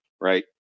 right